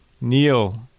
kneel